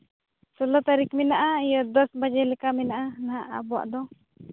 ᱥᱳᱞᱞᱳ ᱛᱟᱹᱨᱤᱠᱷ ᱢᱮᱱᱟᱜᱼᱟ ᱤᱭᱟᱹ ᱫᱚᱥ ᱵᱟᱡᱮ ᱞᱮᱠᱟ ᱢᱮᱱᱟᱜᱼᱟ ᱱᱟᱦᱟᱸᱜ ᱟᱵᱚᱣᱟᱜ ᱫᱚ